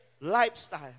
lifestyle